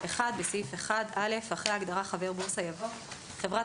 בסעיף 1 - אחרי ההגדרה "חבר בורסה" יבוא: ""חברת